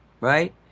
right